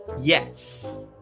Yes